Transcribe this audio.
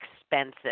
expensive –